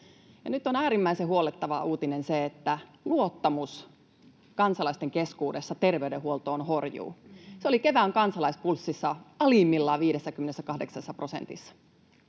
Nyt on äärimmäisen huolettava uutinen se, että luottamus kansalaisten keskuudessa terveydenhuoltoon horjuu. Se oli kevään Kansalaispulssissa alimmillaan 58 prosentissa.